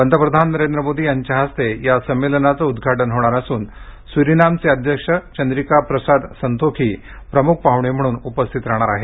पंतप्रधान नरेंद्र मोदी यांच्या हस्ते या संमेलनाचं उद्वाटन होणार असून सूरिनामचे अध्यक्ष चंद्रिकाप्रसाद संतोखी प्रमुख पाहुणे म्हणून उपस्थित राहणार आहेत